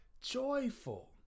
joyful